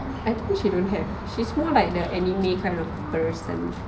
I think she don't have she more of like the anime kind person